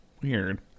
Weird